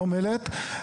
לא מלט,